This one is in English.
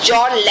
John